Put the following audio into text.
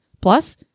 Plus